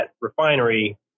refinery